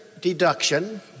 deduction